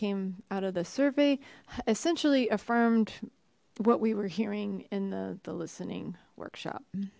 came out of the survey essentially affirmed what we were hearing in the the listening workshop and